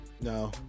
No